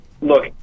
look